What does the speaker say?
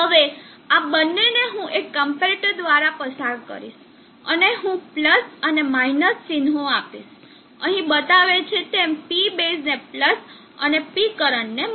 હવે આ બંનેને હું એક ક્મ્પેરેટર દ્વારા પસાર કરીશ અને હું અને - ચિન્હો આપીશ અહીં બતાવે છે તેમ P બેઝ ને અને P કરંટને